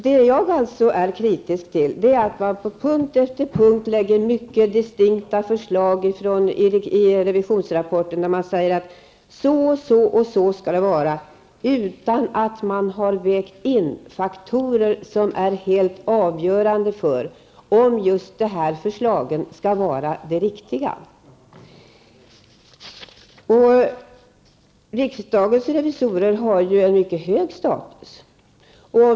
Det som jag är kritisk mot är att man på punkt efter punkt lägger fram mycket distinkta förslag i revisionsrapporten och säger att det skall vara på ett visst sätt, utan att man har vägt in faktorer som är helt avgörande för om just dessa förslag är de riktiga. Riksdagens revisorer har ju en mycket hög status.